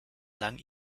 lang